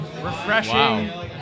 Refreshing